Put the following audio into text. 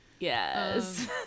yes